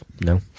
No